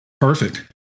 Perfect